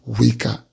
weaker